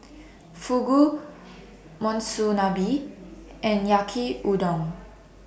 Fugu Monsunabe and Yaki Udon